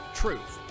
truth